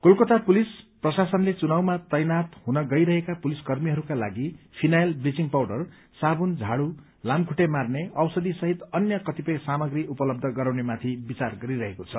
कलकला police प्रशासनले चुनावमा तैनाथ हुन गइरहेका पुलिस कर्मीहरूका लागि फिनायल ब्लीचिंग पाउडर साबुन झाडू लामखुट्टे भगाउने औषधी सहित अन्य कतिपय सामग्री उपलब्ध गराउनेमाथि विचार गरिरहेको छ